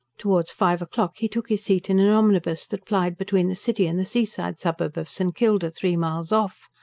towards five o'clock he took his seat in an omnibus that plied between the city and the seaside suburb of st. kilda, three miles off.